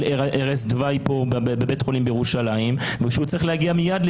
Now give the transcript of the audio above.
ערש דווי בבית חולים בירושלים והוא צריך להגיע מיד?